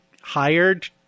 hired –